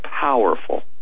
powerful